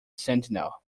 sentinel